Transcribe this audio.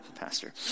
pastor